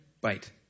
bite